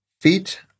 feet